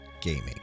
gaming